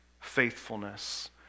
faithfulness